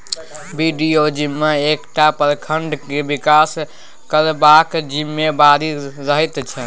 BDO जिम्मा एकटा प्रखंडक बिकास करबाक जिम्मेबारी रहैत छै